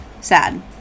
sad